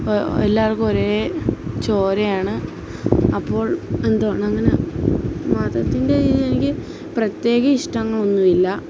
എല്ലാവർക്കും ഒരേ ചോരയാണ് അപ്പോൾ എന്തുവാണ് അങ്ങനെ മതത്തിൻ്റെ ഈ എനിക്ക് പ്രത്യേക ഇഷ്ടങ്ങളൊന്നും ഇല്ല